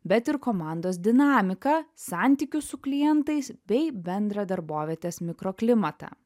bet ir komandos dinamiką santykius su klientais bei bendrą darbovietės mikroklimatą